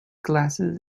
glasses